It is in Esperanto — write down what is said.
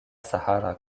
sahara